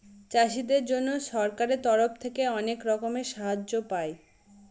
চাষীদের জন্য সরকারের তরফ থেকে অনেক রকমের সাহায্য পায়